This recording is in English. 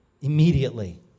Immediately